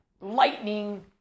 lightning